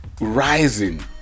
rising